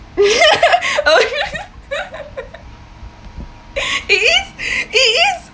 it is it is